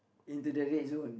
into the red zone